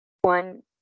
one